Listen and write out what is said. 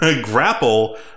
Grapple